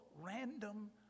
random